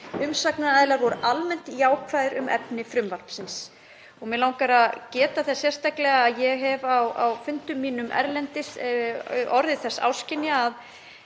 Umsagnaraðilar voru almennt jákvæðir um efni frumvarpsins. Mig langar að geta þess sérstaklega að ég hef á fundum mínum erlendis orðið þess áskynja að